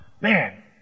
man